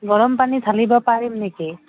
গৰম পানী ঢালিব পাৰিম নেকি